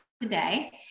today